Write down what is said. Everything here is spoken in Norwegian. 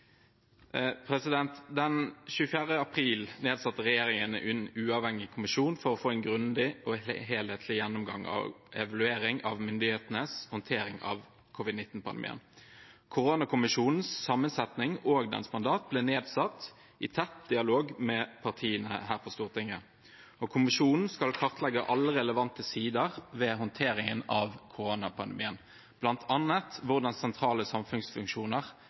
april nedsatte regjeringen en uavhengig kommisjon for å få en grundig og helhetlig gjennomgang og evaluering av myndighetenes håndtering av covid-19-pandemien. Koronakommisjonens sammensetning og mandat ble nedsatt i tett dialog med partiene her på Stortinget. Kommisjonen skal kartlegge alle relevante sider ved håndteringen av koronapandemien, bl.a. hvordan sentrale samfunnsfunksjoner,